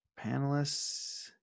Panelists